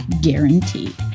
guarantee